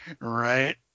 Right